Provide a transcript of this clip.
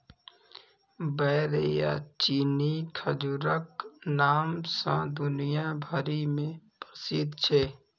बेर या चीनी खजूरक नाम सं दुनिया भरि मे प्रसिद्ध छै